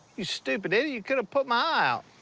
you stupid idiot, you could've put my eye out!